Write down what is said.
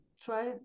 try